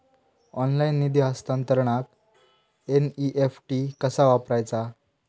Online निधी हस्तांतरणाक NEFT कसा वापरायचा?